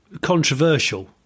controversial